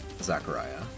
Zachariah